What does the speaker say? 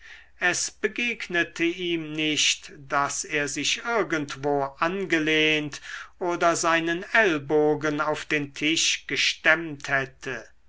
es begegnete ihm nicht daß er sich irgendwo angelehnt oder seinen ellbogen auf den tisch gestemmt hätte